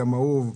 גם אהוב,